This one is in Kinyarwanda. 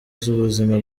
z’ubuzima